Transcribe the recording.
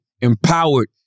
empowered